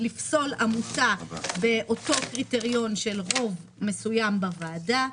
לפסול עמותה באותו קריטריון של רוב מסוים בוועדה.